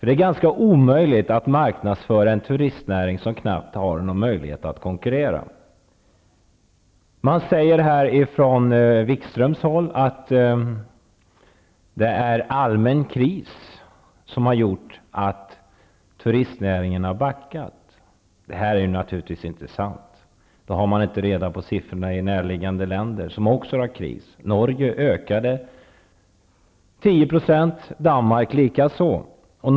Det är nästan omöjligt att marknadsföra en turistnäring som knappt har någon möjlighet att konkurrera. Jan-Erik Wikström sade att det är en allmän kris som har gjort att turistnäringen har backat. Det är naturligtvis inte sant -- när man säger det har man inte reda på siffrorna i näraliggande länder, som också har kris. Turismen ökade med 10 % i Norge och i Danmark.